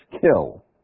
kill